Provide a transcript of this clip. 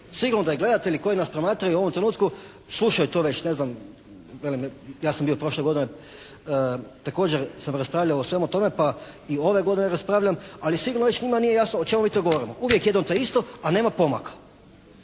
Sigurno da i gledatelji koji nas promatraju u ovom trenutku slušaju to već ne znam, velim, ja sam bio prošle godine također sam raspravljao o svemu tome pa i ove godine raspravljam ali sigurno već njima nije jasno o čemu mi to govorimo, uvijek jedno te isto, a nema pomaka.